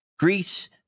greece